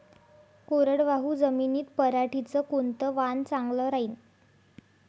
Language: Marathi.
कोरडवाहू जमीनीत पऱ्हाटीचं कोनतं वान चांगलं रायीन?